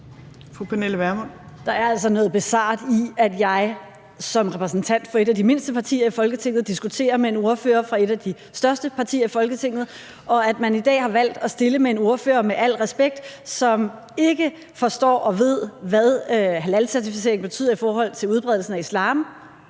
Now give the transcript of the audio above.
Der er altså noget bizart i, at jeg som repræsentant for et af de mindste partier i Folketinget diskuterer med en ordfører fra et af de største partier i Folketinget, og at man i dag har valgt at stille med en ordfører, som, med al respekt, ikke forstår og ved, hvad halalcertificering betyder i forhold til udbredelsen af islam